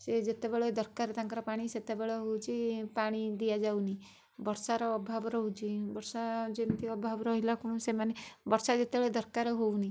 ସେ ଯେତେବେଳେ ଦରକାର ତାଙ୍କର ପାଣି ସେତେବେଳେ ହେଉଛି ପାଣି ଦିଆଯାଉନି ବର୍ଷାର ଅଭାବ ରହୁଛି ବର୍ଷା ଯେମତି ଅଭାବ ରହିଲା ପୁଣି ସେମାନେ ବର୍ଷା ଯେତେବେଳେ ଦରକାର ହେଉନି